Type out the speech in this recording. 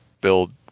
build